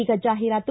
ಈಗ ಜಾಹೀರಾತು